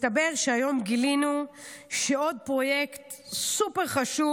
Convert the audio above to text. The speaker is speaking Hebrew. היום גילינו שמסתבר שעוד פרויקט סופר-חשוב